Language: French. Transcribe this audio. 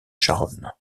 charonne